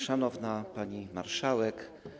Szanowna Pani Marszałek!